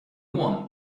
one